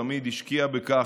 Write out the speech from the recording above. תמיד השקיע בכך,